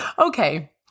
Okay